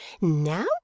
Now